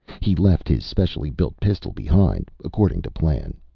he left his specially built pistol behind, according to plan.